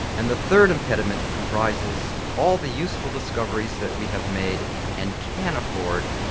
and the third impediment comprises all the useful discoveries that we have made and can afford,